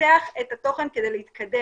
לפתח את התוכן כדי להתקדם.